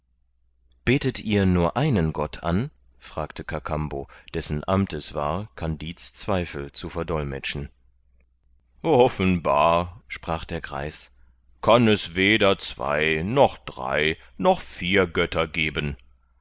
betet ihr nur einen gott an fragte kakambo dessen amt es war kandid's zweifel zu verdolmetschen offenbar sprach der greis kann es weder zwei noch drei noch vier götter geben